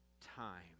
time